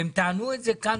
והם טענו את זה כאן,